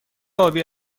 آبی